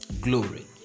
glory